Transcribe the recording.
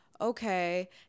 okay